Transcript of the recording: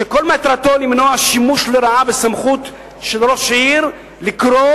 שכל מטרתו למנוע שימוש לרעה בסמכות של ראש עיר ולקרוא